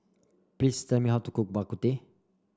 please tell me how to cook Bak Kut Teh